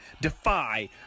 Defy